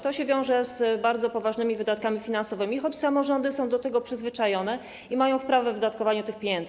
To się wiąże z bardzo poważnymi wydatkami finansowymi, choć samorządy są do tego przyzwyczajone i mają wprawę w wydatkowaniu tych pieniędzy.